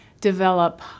develop